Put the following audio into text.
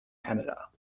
canada